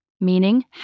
Meaning